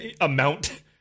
amount